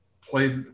played